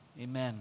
amen